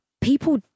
people